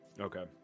Okay